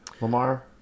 Lamar